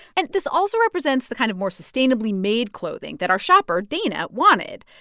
and this also represents the kind of more sustainably made clothing that our shopper, dana, wanted.